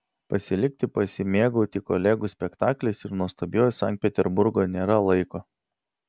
pasilikti pasimėgauti kolegų spektakliais ir nuostabiuoju sankt peterburgu nėra laiko